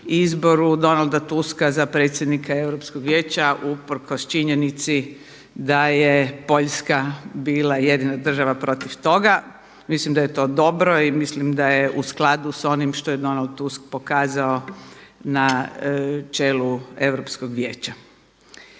izboru Donalda Tuska za predsjednika Europskog vijeća usprkos činjenici da je Poljska bila jedina država protiv toga. Mislim da je to dobro i mislim da je u skladu s onim što je Donald Tusk pokazao na čelu Europskog vijeća.